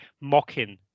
mocking